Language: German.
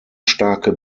starke